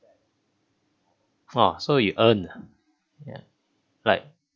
ha so you earn ah ya like